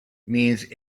means